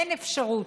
אין אפשרות,